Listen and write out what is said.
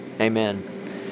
Amen